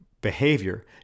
behavior